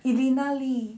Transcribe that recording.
elena lee